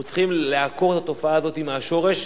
אנחנו צריכים לעקור את התופעה הזאת מהשורש.